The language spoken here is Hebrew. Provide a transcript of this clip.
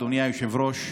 אדוני היושב-ראש.